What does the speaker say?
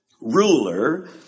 ruler